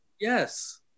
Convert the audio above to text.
Yes